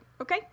Okay